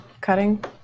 cutting